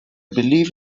believe